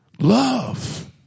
love